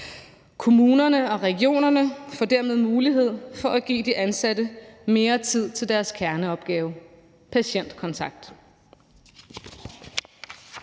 Kommunerne og regionerne får dermed mulighed for at give de ansatte mere tid til deres kerneopgave: patientkontakt.